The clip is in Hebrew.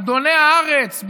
אדוני הארץ,